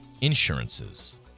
insurances